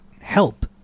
help